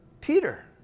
Peter